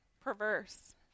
perverse